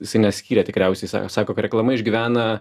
jisai neskyrė tikriausiai sako kad reklama išgyvena